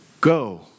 Go